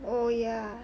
oh ya